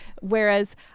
whereas